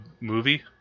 movie